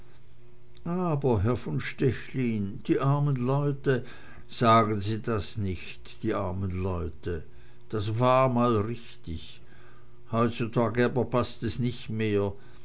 aber herr von stechlin die armen leute sagen sie das nicht die armen leute das war mal richtig heutzutage aber paßt es nicht mehr